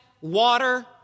water